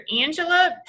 Angela